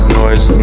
noise